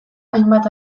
hainbat